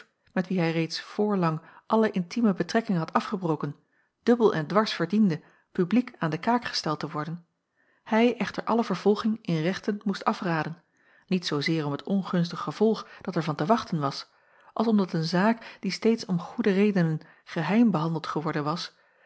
met wien hij reeds voorlang alle intieme betrekking had afgebroken dubbel en dwars verdiende publiek aan de kaak gesteld te worden hij echter alle vervolging in rechten moest afraden niet zoozeer om het ongunstig gevolg dat er van te wachten was als omdat een zaak die steeds om goede redenen geheim behandeld geworden was